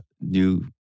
new